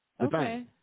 Okay